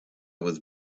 was